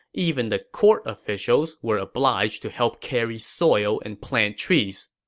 even the court officials were obliged to help carry soil and plant trees.